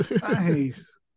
Nice